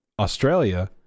Australia